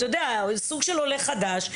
או סוג של עולה חדש,